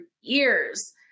years